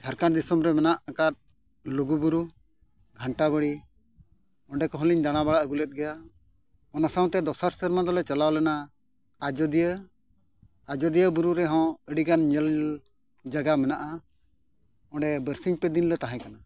ᱡᱷᱟᱲᱠᱷᱚᱸᱰ ᱫᱤᱥᱚᱢᱨᱮ ᱢᱮᱱᱟᱜ ᱟᱠᱟᱫ ᱞᱩᱜᱩᱼᱵᱩᱨᱩ ᱜᱷᱟᱱᱴᱟ ᱵᱟᱲᱮ ᱚᱸᱰᱮ ᱠᱚᱦᱚᱸ ᱞᱤᱧ ᱫᱟᱬᱟ ᱵᱟᱲᱟ ᱟᱹᱜᱩᱞᱮᱫ ᱜᱮᱭᱟ ᱚᱱᱟ ᱥᱟᱶᱛᱮ ᱫᱚᱥᱟᱨ ᱥᱮᱨᱢᱟ ᱫᱚᱞᱮ ᱪᱟᱞᱟᱣ ᱞᱮᱱᱟ ᱟᱡᱳᱫᱤᱭᱟᱹ ᱟᱡᱳᱫᱤᱭᱟᱹ ᱵᱩᱨᱩ ᱨᱮᱦᱚᱸ ᱟᱹᱰᱤᱜᱟᱱ ᱧᱮᱞ ᱡᱟᱭᱜᱟ ᱢᱮᱱᱟᱜᱼᱟ ᱚᱸᱰᱮ ᱵᱟᱨᱥᱤᱧ ᱯᱮ ᱫᱤᱱ ᱞᱮ ᱛᱟᱦᱮᱸ ᱠᱟᱱᱟ